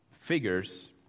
figures